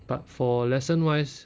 but for lesson wise